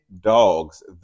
dogs